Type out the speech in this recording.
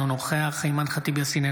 אינו נוכח אימאן ח'טיב יאסין,